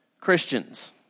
Christians